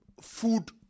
food